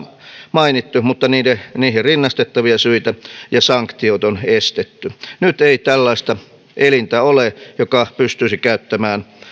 mainittu mutta jotka ovat niihin rinnastettavia syitä ja sanktiot on estetty nyt ei tällaista elintä ole joka pystyisi käyttämään